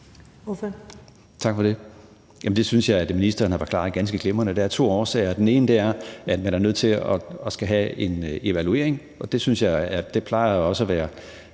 Hvorfor